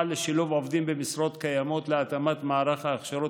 לשילוב עובדים במשרות קיימות ולהתאמת מערך ההכשרות